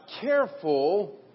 careful